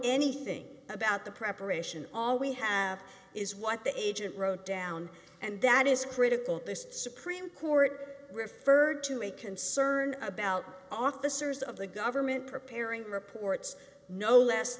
anything about the preparation all we have is what the agent wrote down and that is critical supreme court referred to a concern about officers of the government preparing reports no less